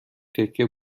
تکه